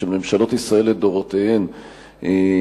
של ממשלות ישראל לדורותיהן בטיפול